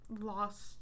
lost